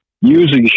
using